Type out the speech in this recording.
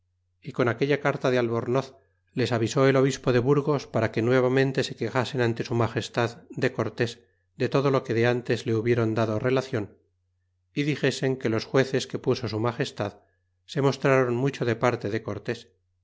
é con aquella carta de albornoz les avisó el obispo de burgos para que nuevamente se quejasen ante su magestad de cortés de todo lo que de ntes le hubiéron dado relacion y dixesen que los jueces que puso su magestad se mostrron mucho de parte de cortés